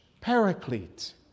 paraclete